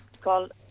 called